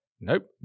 nope